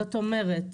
זאת אומרת,